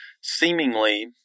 seemingly